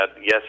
yes